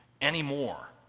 anymore